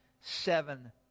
seven